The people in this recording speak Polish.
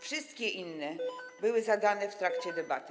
Wszystkie inne były zadane w trakcie debaty.